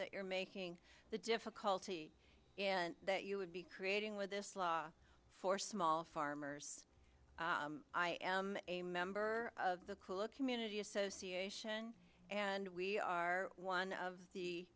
that are making the difficulty and that you would be creating with this law for small farmers i am a member of the cool looking unity association and we are one of the